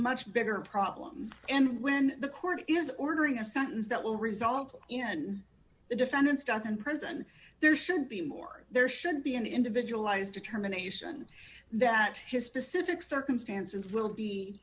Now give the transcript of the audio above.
much bigger problem and when the court is ordering a sentence that will result in the defendant's death in prison there should be more there should be an individualized determination that his specific circumstances will be